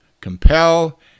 compel